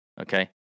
okay